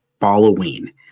Halloween